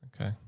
Okay